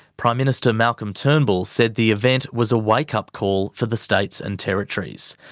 prime minister malcolm turnbull said the event was a wake-up call for the states and territories.